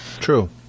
True